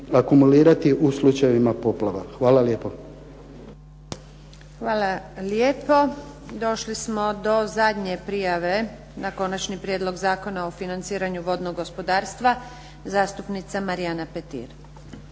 akumulirati u slučajevima poplava. Hvala lijepo. **Antunović, Željka (SDP)** Hvala lijepo. Došli smo do zadnje prijave na Konačni prijedlog Zakona o financiranju vodnog gospodarstva. Zastupnica Marijana Petir.